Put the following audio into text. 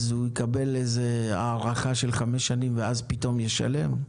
אז הוא יקבל איזה הארכה של חמש שנים ואז פתאום ישלם.